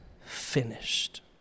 finished